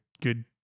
good